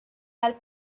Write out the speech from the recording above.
għall